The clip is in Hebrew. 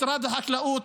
משרד החקלאות,